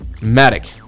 Matic